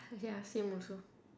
ya same also